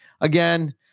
Again